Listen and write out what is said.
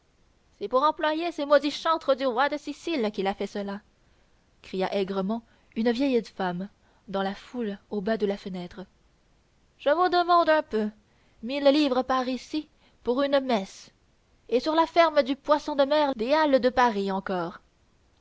c'est pour employer ces maudits chantres du roi de sicile qu'il a fait cela cria aigrement une vieille femme dans la foule au bas de la fenêtre je vous demande un peu mille livres parisis pour une messe et sur la ferme du poisson de mer des halles de paris encore